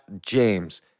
james